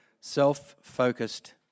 self-focused